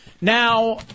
Now